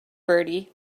bertie